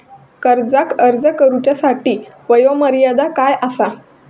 कर्जाक अर्ज करुच्यासाठी वयोमर्यादा काय आसा?